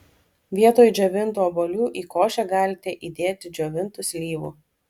vietoj džiovintų obuolių į košę galite įdėti džiovintų slyvų